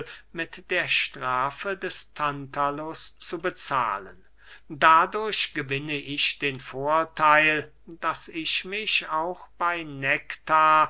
mit der strafe des tantalus zu bezahlen dadurch gewinne ich den vortheil daß ich mich auch bey nektar